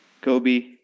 Kobe